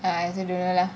ah I also don't know lah